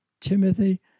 Timothy